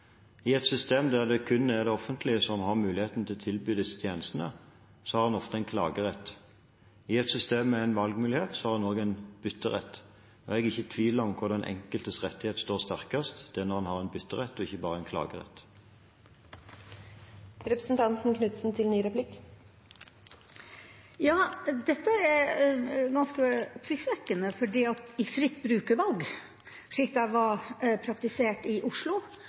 I et system der det kun er det offentlige som har muligheten til å tilby disse tjenestene, har en ofte en klagerett. I et system med en valgmulighet har en også en bytterett. Jeg er ikke i tvil om hvor den enkeltes rettigheter står sterkest – det er når en har en bytterett, ikke bare en klagerett. Dette er ganske oppsiktsvekkende, for i fritt brukervalg slik det er praktisert i Oslo,